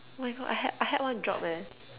oh my God I had I had one drop eh